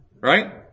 Right